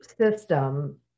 system